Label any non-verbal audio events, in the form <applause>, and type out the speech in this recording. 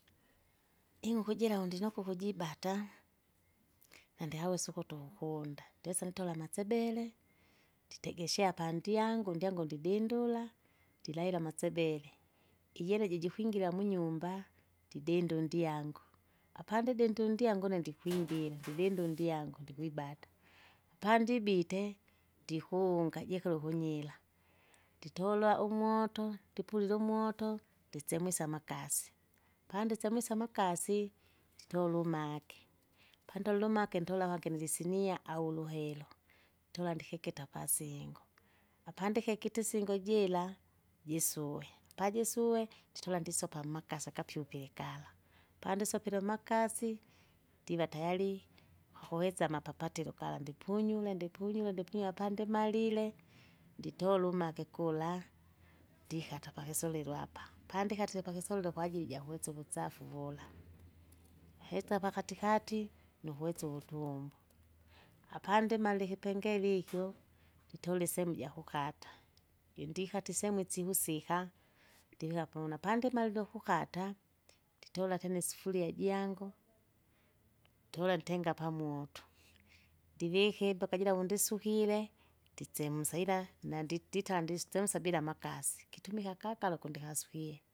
Ing'uku ijira undinukuku jibata, nandihawesa ukutu ukunda, ndisa nitola amatsebele, nditegeshea pandyangu ndyangu ndidindula, ndilaila amatsebele, ijene jijikwingira munyumba, didinde undyango, apandidinde undyangu une ndikwingira <noise> ndidinde undyangu ndikwibata. Apandibite, ndikuunga jikile ukunyira, nditolwa umoto, ndipulile umoto, nditsemwise amakasi, pandisemwise amakasi, nditola umage, pandolile umage ndola ahange nilisinia au uluhelo. Tola ndikikita apasingo, apandikekite isingo jila jisuwe apajisue nditola ndisopa mmakasi akapyupile kala, pandisopile mmakasi! ndiva tayari, kwakuwesa amapapatilo pala ndipunyule ndipunyule ndipunyule apandimalile, <noise> nditole ulumage kula, <noise> ndikata pakisulilo hapa, <noise> pandikatile pakisulilo kwajili jakwisa uvusafi uvula, <noise> hetsa pakatikati, <noise> nukwesa uvutumbo, <noise> apandmalie ikipengele <noise> ikyo, nditola isemu jakukata, jindikate isemu isivusika, ndivika povona, pandimalile ukukata nditola tena isufuria jango, <noise> ntola ntenga pamoto, ndivika imboka jira vondisukile, nditsemsa ila nanditita ndisitensa bila amakasi, kitumika akakala kundikasukie.